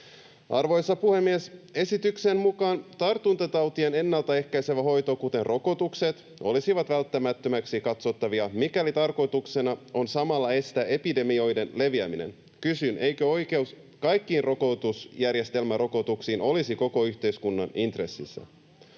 Arvoisa puhemies! Esityksen mukaan tartuntatautien ennaltaehkäisevä hoito, kuten rokotukset, olisi välttämättömäksi katsottavaa, mikäli tarkoituksena on samalla estää epidemioiden leviäminen. Kysyn: eikö oikeus kaikkiin rokotusjärjestelmärokotuksiin olisi koko yhteiskunnan intressissä?